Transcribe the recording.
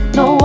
no